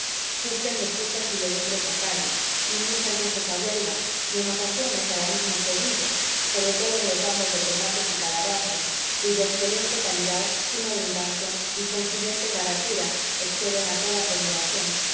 surten de frutas y legumbres a cádiz y muchas veces a huelva y en ocasiones a la misma sevilla sobre todo en los ramos de tomates y calabazas cuya excelente calidad suma abundancia y consiguiente baratura exceden a toda ponderación